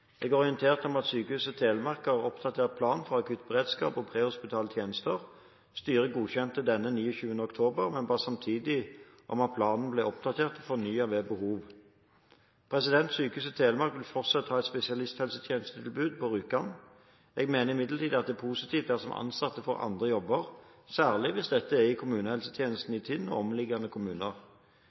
Jeg er orientert om at Sykehuset Telemark har oppdatert plan for akuttberedskap og prehospitale tjenester. Styret godkjente denne 29. oktober, men ba samtidig om at planen ble oppdatert og fornyet ved behov. Sykehuset Telemark vil fortsatt ha et spesialisthelsetjenestetilbud på Rjukan. Jeg mener imidlertid at det er positivt dersom ansatte får andre jobber, særlig hvis dette er i kommunehelsetjenesten i Tinn og omliggende kommuner.